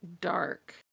dark